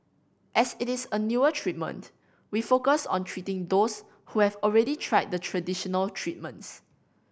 as it is a newer treatment we focus on treating those who have already tried the traditional treatments